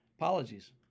Apologies